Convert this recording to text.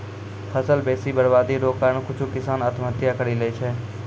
फसल बेसी बरवादी रो कारण कुछु किसान आत्महत्या करि लैय छै